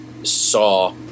saw